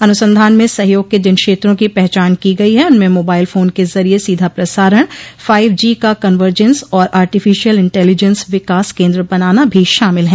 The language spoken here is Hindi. अनुसंधान में सहयोग के जिन क्षेत्रों की पहचान की गई है उनमें मोबाइल फोन के जरिये सीधा प्रसारण फाइव जी का कन्वर्जेन्स और आर्टिफिशयल इंटेलीजेंस विकास केन्द्र बनाना भी शामिल हैं